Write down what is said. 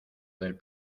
del